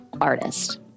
artist